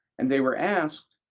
and they were asked,